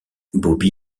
bobby